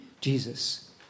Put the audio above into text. Jesus